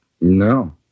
No